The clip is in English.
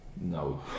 No